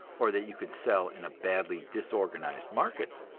or that you can sell in a badly disorganized market.